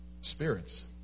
spirits